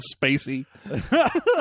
Spacey